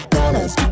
dollars